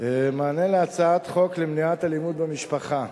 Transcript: מענה להצעת חוק למניעת אלימות במשפחה.